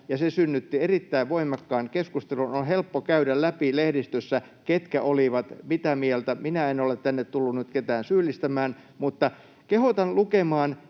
ja se synnytti erittäin voimakkaan keskustelun. On helppo käydä läpi lehdistössä, ketkä olivat mitä mieltä. Minä en ole tänne tullut nyt ketään syyllistämään, mutta kehotan lukemaan